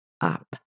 up